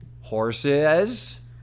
Horses